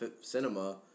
cinema